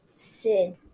Sid